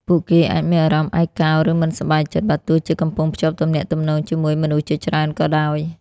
ពួកគេអាចមានអារម្មណ៍ឯកោ ឬមិនសប្បាយចិត្ត បើទោះជាកំពុងភ្ជាប់ទំនាក់ទំនងជាមួយមនុស្សជាច្រើនក៏ដោយ។